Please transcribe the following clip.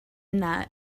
yna